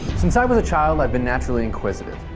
since i was a child, i've been naturally inquisitive,